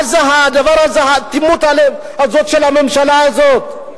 מה זה הדבר הזה, אטימות הלב הזאת של הממשלה הזאת?